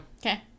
okay